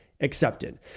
accepted